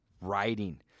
writing